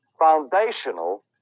foundational